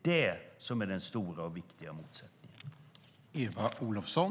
Det är den stora och viktiga motsättningen.